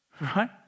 Right